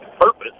purpose